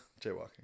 Jaywalking